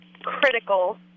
critical